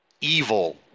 evil